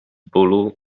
bólu